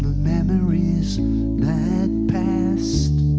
memoryies that passed.